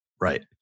Right